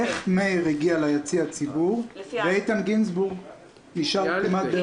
איך מאיר הגיע ליציע ציבור ואיתן גינזבורג נשאר באותו מקום?